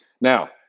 Now